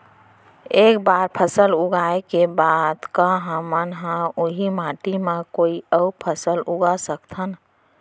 एक बार फसल उगाए के बाद का हमन ह, उही माटी मा कोई अऊ फसल उगा सकथन?